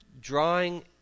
drawing